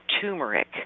turmeric